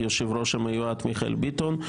היושב-ראש המיועד מיכאל ביטון,